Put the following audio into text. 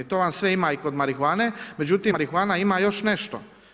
To vam sve ima i kod marihuane, međutim marihuana ima još nešto.